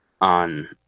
on